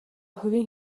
хувийн